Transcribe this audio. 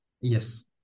Yes